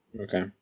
okay